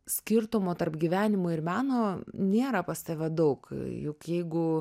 skirtumo tarp gyvenimo ir meno nėra pas tave daug juk jeigu